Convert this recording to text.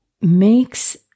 makes